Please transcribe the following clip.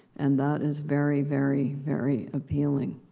and that is very, very, very appealing.